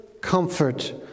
comfort